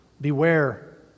beware